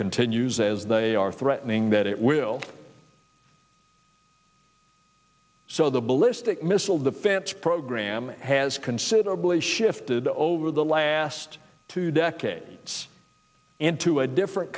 continues as they are threatening that it will so the ballistic missile defense program has considerably shifted over the last two decades into a different